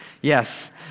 Yes